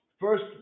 first